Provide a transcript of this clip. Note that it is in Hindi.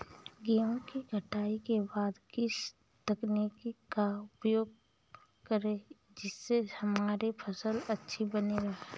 गेहूँ की कटाई के बाद किस तकनीक का उपयोग करें जिससे हमारी फसल अच्छी बनी रहे?